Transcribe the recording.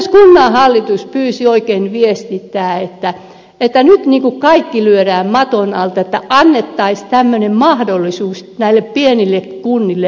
myös kunnanhallitus pyysi oikein viestittämään että kun nyt niin kuin kaikki lyödään maton alta annettaisiin tämmöinen mahdollisuus näille pienille kunnille